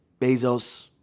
Bezos